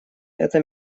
это